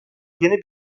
yeni